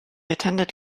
attended